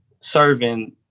serving